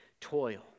toil